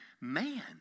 Man